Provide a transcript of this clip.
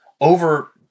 over